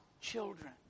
children